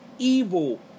Evil